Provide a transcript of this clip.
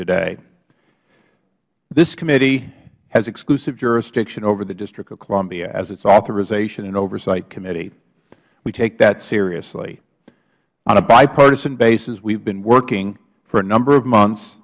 today this committee has exclusive jurisdiction over the district of columbia as its authorization and oversight committee we take that seriously on a bipartisan basis we have been working for a number of months